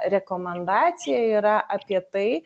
rekomendacija yra apie tai